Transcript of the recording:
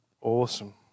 Awesome